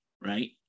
Right